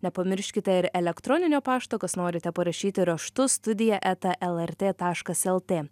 nepamirškite ir elektroninio pašto kas norite parašyti raštu studija eta lrt taškas lt